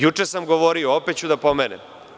Juče sam govorio, opet ću da pomenem.